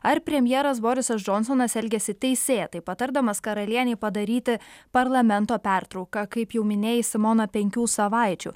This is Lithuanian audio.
ar premjeras borisas džonsonas elgiasi teisėtai patardamas karalienei padaryti parlamento pertrauką kaip jau minėjai simona penkių savaičių